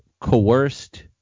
coerced